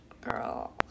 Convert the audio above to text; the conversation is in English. girl